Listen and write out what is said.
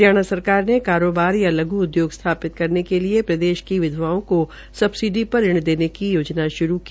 हरियाणा सरकार ने कारोबार या लघ् उद्योग स्थापित करने के लिए प्रदेश की विधवाओं को सबसिडी पर ऋण देने की योजना शुरू की